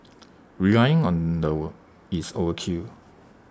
relying on the is overkill